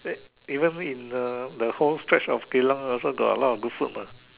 even in the whole stretch of Geylang also got a lot of good food mah